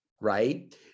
right